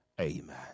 amen